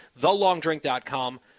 Thelongdrink.com